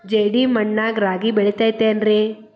ಜೇಡಿ ಮಣ್ಣಾಗ ರಾಗಿ ಬೆಳಿತೈತೇನ್ರಿ?